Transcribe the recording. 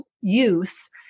use